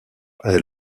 est